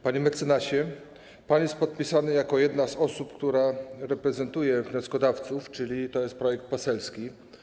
Panie mecenasie, pan jest podpisany jako jedna z osób, która reprezentuje wnioskodawców, czyli jest to projekt poselski.